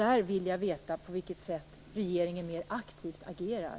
Där vill jag veta på vilket sätt regeringen mer aktivt agerar.